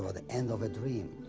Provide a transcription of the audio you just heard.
ah the end of a dream.